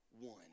one